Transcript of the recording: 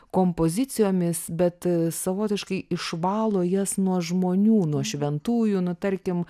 kompozicijomis bet savotiškai išvalo jas nuo žmonių nuo šventųjų nu tarkim